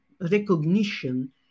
recognition